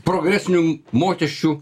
progresinių mokesčių